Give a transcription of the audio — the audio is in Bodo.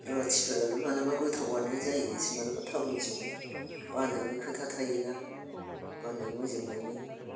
रुवाथिफोरालाय माब्लाबा गोथावआनो जायो माब्लाबासो थावि सङो बानायनि खोथा थायोना बानाय मोजोमनायनि